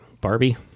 Barbie